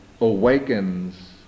awakens